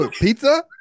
pizza